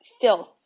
filth